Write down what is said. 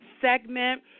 segment